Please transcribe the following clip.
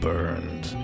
Burned